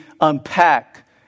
unpack